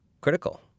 critical